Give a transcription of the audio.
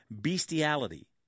bestiality